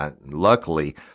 Luckily